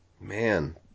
man